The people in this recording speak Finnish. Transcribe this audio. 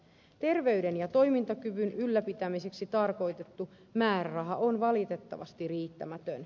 terveyden ja toimintakyvyn ylläpitämiseksi tarkoitettu määräraha on valitettavasti riittämätön